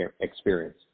experience